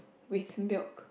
with milk